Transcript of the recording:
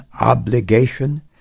obligation